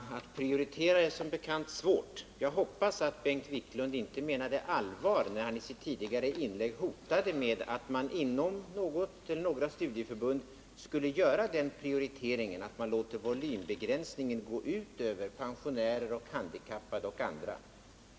Herr talman! Att prioritera är som bekant svårt. Jag hoppas att Bengt Wiklund inte menade allvar, när han i sitt inlägg hotade med att man inom några studieförbund skulle göra den prioriteringen att man låter volymbegränsningen gå ut över pensionärer och handikappade.